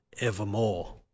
evermore